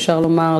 אפשר לומר,